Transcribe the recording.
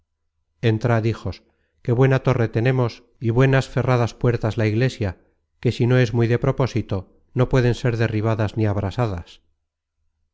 descuidado entrad hijos que buena torre tenemos y buenas ferradas puertas la iglesia que si no es muy de propósito no pueden ser derribadas ni abrasadas